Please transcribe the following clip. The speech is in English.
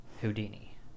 houdini